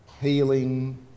healing